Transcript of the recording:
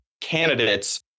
candidates